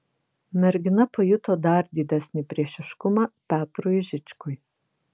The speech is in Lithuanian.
mergina pajuto dar didesnį priešiškumą petrui žičkui